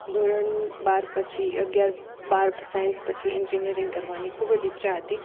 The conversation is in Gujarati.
ધોરણ બાર પછી અગિયાર બાર પ સાયન્સ પછી એન્જિનિયરિંગ કરવાની ખૂબ જ ઇચ્છા હતી